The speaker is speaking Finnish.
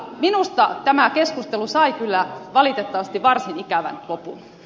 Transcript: minusta tämä keskustelu sai kyllä valitettavasti varsin ikävän lopun